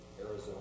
Arizona